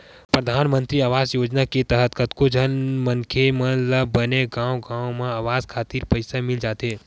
परधानमंतरी आवास योजना के तहत कतको झन मनखे मन ल बने गांव गांव म अवास खातिर पइसा मिल जाथे